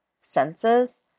senses